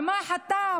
במה חטא?